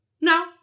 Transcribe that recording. No